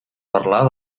parlar